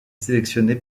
sélectionnées